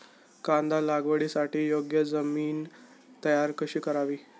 कांदा लागवडीसाठी योग्य जमीन तयार कशी करावी?